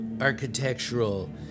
Architectural